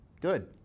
Good